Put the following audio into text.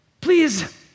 please